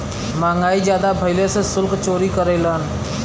महंगाई जादा भइले से सुल्क चोरी करेलन